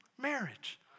marriage